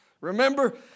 Remember